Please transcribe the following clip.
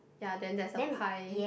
ya then there's a pie